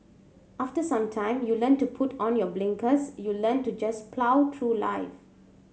after some time you learn to put on your blinkers you learn to just plough through life